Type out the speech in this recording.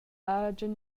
agen